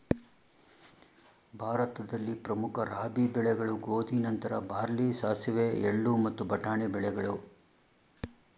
ಭಾರತದಲ್ಲಿ ಪ್ರಮುಖ ರಾಬಿ ಬೆಳೆಗಳು ಗೋಧಿ ನಂತರ ಬಾರ್ಲಿ ಸಾಸಿವೆ ಎಳ್ಳು ಮತ್ತು ಬಟಾಣಿ ಬೆಳೆಗಳು